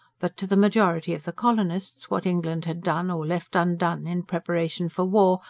but to the majority of the colonists what england had done, or left undone, in preparation for war,